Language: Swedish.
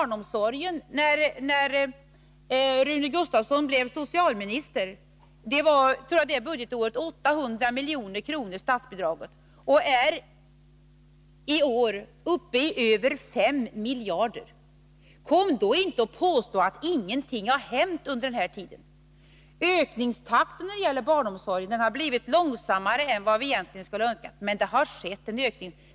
När Rune Gustavsson blev socialminister var t.ex. statsbidraget till barnomsorgen 800 milj.kr., och det är i år uppe i över 5 miljarder. Kom då inte och påstå att ingenting har hänt under denna tid! Ökningstakten när det gäller barnomsorgen har blivit långsammare än vi egentligen skulle ha önskat, men det har skett en ökning.